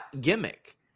gimmick